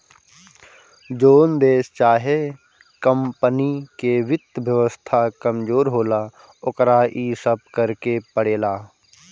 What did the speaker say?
जोन देश चाहे कमपनी के वित्त व्यवस्था कमजोर होला, ओकरा इ सब करेके पड़ेला